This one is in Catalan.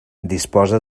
disposa